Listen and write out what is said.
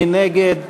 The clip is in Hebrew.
מי נגד?